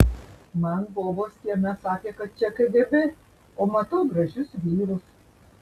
man bobos kieme sakė kad čia kgb o matau gražius vyrus